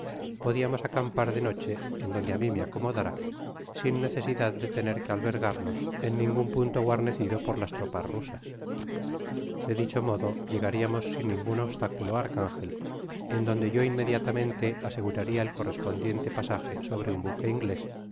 podiamos acampar de noche en donde á mí me acomodara sin necesidad de tener que albergarnos en ningun punto guarnecido por las tropas rusas de dicho modo llegariamos sin ningun obstáculo á archangel en donde yo inmediatamente aseguraria el correspandiente pasaje sobre un buque inglés quo